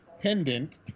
pendant